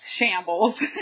Shambles